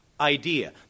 idea